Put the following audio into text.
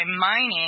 mining